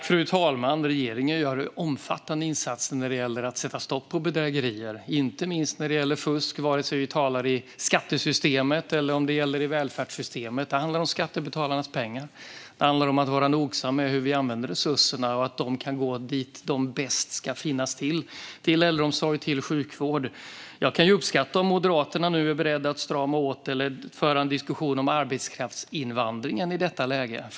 Fru talman! Regeringen gör omfattande insatser för att sätta stopp för bedrägerier, inte minst när det gäller fusk. Så är det oavsett om det gäller skattesystemet eller om det gäller välfärdssystemet. Det handlar om skattebetalarnas pengar. Det handlar om att vara noggrann med hur vi använder resurserna och att de kan gå dit de ska gå - till äldreomsorg och till sjukvård. Jag kan uppskatta om Moderaterna är beredda att strama åt eller föra en diskussion om arbetskraftsinvandringen i detta läge.